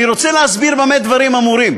אני רוצה להסביר במה דברים אמורים.